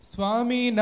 Swami